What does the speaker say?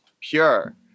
pure